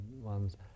one's